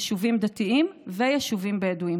יישובים דתיים ויישובים בדואיים,